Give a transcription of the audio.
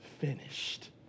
finished